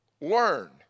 learn